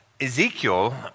Ezekiel